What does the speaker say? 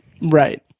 Right